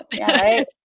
right